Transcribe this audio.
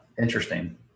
Interesting